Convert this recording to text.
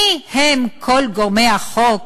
מי הם כל גורמי החוק